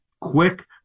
quick